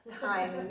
time